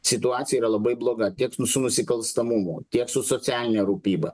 situacija yra labai bloga tiek su nusikalstamumu tiek su socialine rūpyba